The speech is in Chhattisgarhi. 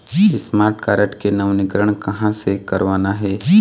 स्मार्ट कारड के नवीनीकरण कहां से करवाना हे?